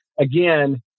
again